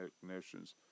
technicians